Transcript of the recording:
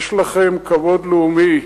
יש לכם כבוד לאומי,